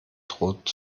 droht